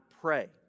pray